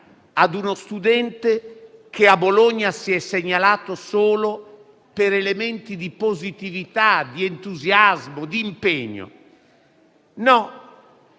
ad uno studente che a Bologna si è segnalato solo per elementi di positività, di entusiasmo e di impegno. No.